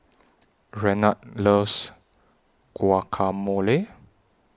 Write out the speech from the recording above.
Renard loves Guacamole